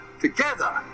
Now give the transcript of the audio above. together